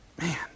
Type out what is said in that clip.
Man